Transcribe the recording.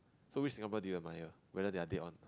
so which Singaporean do you admire whether they are dead or